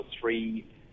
three